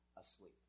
asleep